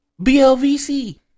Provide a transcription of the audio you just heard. BLVC